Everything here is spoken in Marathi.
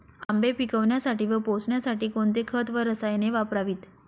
आंबे पिकवण्यासाठी व पोसण्यासाठी कोणते खत व रसायने वापरावीत?